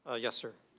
ah yes sir.